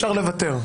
אפשר לוותר.